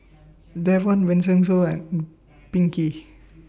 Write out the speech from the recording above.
Davon Vincenzo and Pinkey